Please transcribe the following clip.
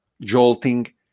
jolting